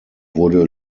wurde